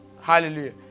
Hallelujah